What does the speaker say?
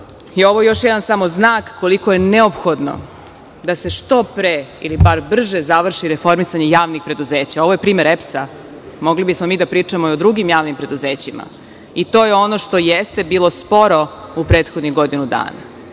Ovo je još jedan znak, koliko je neophodno, da se što pre ili bar brže završi reformisanje javnih preduzeća. Ovo je primer EPS, mogli smo mi da pričamo i o drugim javnim preduzećima i to je ono što jeste bilo sporo u prethodnih godinu